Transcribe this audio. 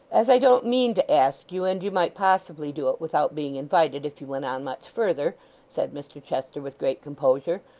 as i don't mean to ask you, and you might possibly do it without being invited if you went on much further said mr chester with great composure,